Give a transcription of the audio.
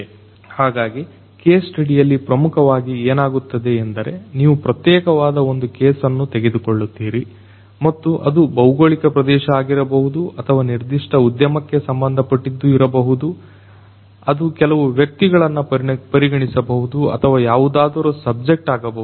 ಹಾಗಾಗಿ case study ಯಲ್ಲಿ ಪ್ರಮುಖವಾಗಿ ಏನಾಗುತ್ತದೆ ಎಂದರೆ ನೀವು ಪ್ರತ್ಯೇಕವಾದ ಒಂದು ಕೇಸನ್ನು ತೆಗೆದುಕೊಳ್ಳುತ್ತೀರಿ ಮತ್ತು ಅದು ಭೌಗೋಳಿಕ ಪ್ರದೇಶ ವಾಗಿರಬಹುದು ಅಥವಾ ನಿರ್ದಿಷ್ಟ ಉದ್ಯಮಕ್ಕೆ ಸಂಬಂಧಪಟ್ಟಿದ್ದು ಇರಬಹುದು ಅದು ಕೆಲವು ವ್ಯಕ್ತಿಗಳನ್ನು ಪರಿಗಣಿಸಬಹುದು ಅಥವಾ ಯಾವುದಾದರೂ ಸಬ್ಜೆಕ್ಟ್ ಆಗಬಹುದು